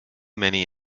many